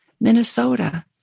Minnesota